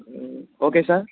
okay sir